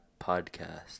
podcast